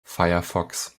firefox